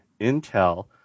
Intel